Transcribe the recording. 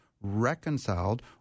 reconciled